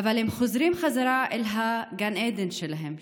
הם חוזרים חזרה אל גן העדן שלהם,